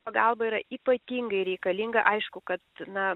pagalba yra ypatingai reikalinga aišku kad na